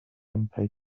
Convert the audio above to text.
mpeg